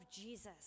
Jesus